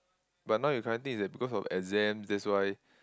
but now you currently is that because of exams that's why